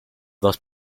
dos